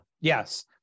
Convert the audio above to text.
Yes